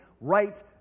right